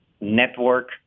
network